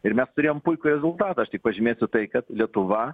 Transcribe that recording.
ir mes turėjom puikų rezultatą aš tik pažymėsiu tai kad lietuva